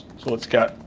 so let's get,